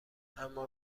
اما